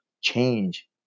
change